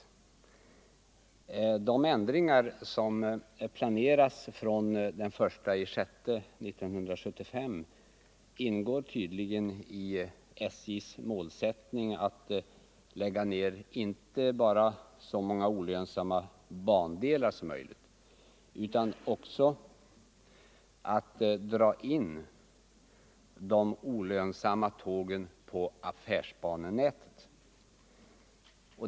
Enligt vad som framgår beträffande de ändringar som planeras från den 1 juni 1975 ingår tydligen i SJ:s målsättning att lägga ned inte bara så många olönsamma bandelar som möjligt utan också att dra in de olönsamma tågen på affärsbanenätet.